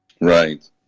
right